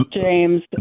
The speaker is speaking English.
James